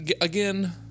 again